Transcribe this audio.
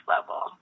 level